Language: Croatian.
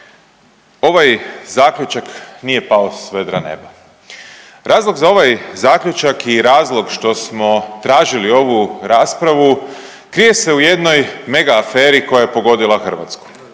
Ovaj Zaključak nije pao s vedra neba. Razlog za ovaj Zaključak i razlog što smo tražili ovu raspravu krije se u jednoj megaaferi koja je pogodila Hrvatsku,